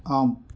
ஆம்